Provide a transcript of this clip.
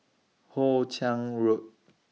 Hoe Chiang Road